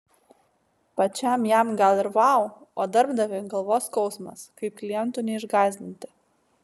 pačiam jam gal ir vau o darbdaviui galvos skausmas kaip klientų neišgąsdinti